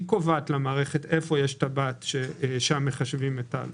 היא קובעת למערכת איפה יש טבעת ששם מחשבים את העלות.